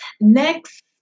next